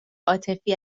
عاطفی